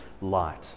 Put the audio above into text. light